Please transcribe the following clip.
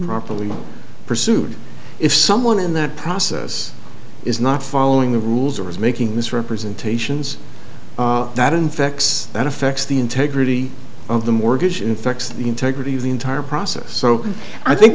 properly pursued if someone in that process is not following the rules or is making misrepresentations that infects and affects the integrity of the mortgage infects the integrity of the entire process so i think